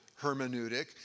hermeneutic